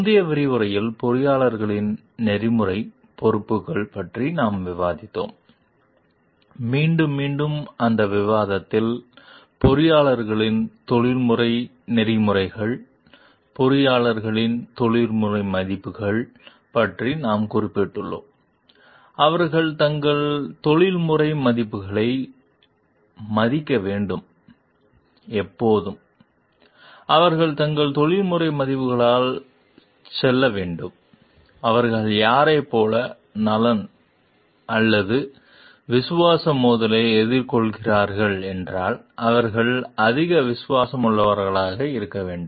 முந்தைய விரிவுரையில் பொறியாளர்களின் நெறிமுறை பொறுப்புகள் பற்றி நாம் விவாதித்தோம் மீண்டும் மீண்டும் அந்த விவாதத்தில் பொறியாளர்களின் தொழில்முறை நெறிமுறைகள் பொறியாளர்களின் தொழில்முறை மதிப்புகள் பற்றி நாம் குறிப்பிட்டுள்ளோம் அவர்கள் தங்கள் தொழில்முறை மதிப்புகளை மதிக்க வேண்டும் எப்போது அவர்கள் தங்கள் தொழில்முறை மதிப்புகளால் செல்ல வேண்டும் அவர்கள் யாரைப் போல நலன் அல்லது விசுவாச மோதலை எதிர்கொள்கிறார்கள் என்றால் அவர்கள் அதிக விசுவாசமுள்ளவர்களாக இருக்க வேண்டும்